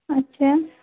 अच्छा